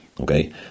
Okay